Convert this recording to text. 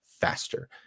faster